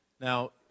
Now